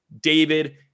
David